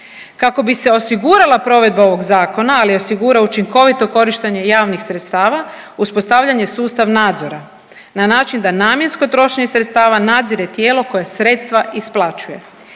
Kako bi se osigurala provedba ovog zakona, ali i osiguralo učinkovito korištenje javnih sredstava uspostavljen je sustav nadzora na način da namjensko trošenje sredstva nadzire tijelo koje sredstva isplaćuje.